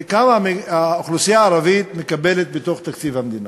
כמה האוכלוסייה הערבית מקבלת בתוך תקציב המדינה.